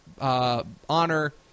honor